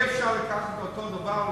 אי-אפשר לקחת אותו דבר,